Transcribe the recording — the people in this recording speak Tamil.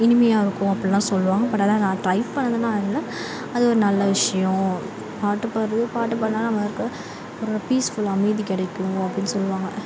இனிமையாக இருக்கும் அப்பிடில்லாம் சொல்வாங்க பட் ஆனால் நான் டிரை பண்ணதெல்லாம் இல்லை அது ஒரு நல்ல விஷயம் பாட்டு பாடுறது பாட்டு பாடினா நம்மளுக்கு ஒரு பீஸ்ஃபுல் அமைதி கிடைக்கும் அப்டின்னு சொல்வாங்க